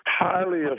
Highly